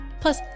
Plus